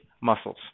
muscles